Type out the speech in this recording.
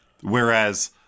Whereas